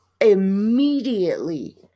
immediately